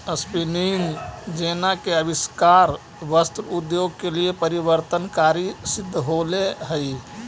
spinning jenny के आविष्कार वस्त्र उद्योग के लिए परिवर्तनकारी सिद्ध होले हई